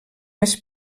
més